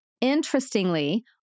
interestingly